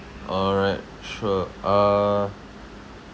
all right sure uh